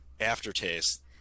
aftertaste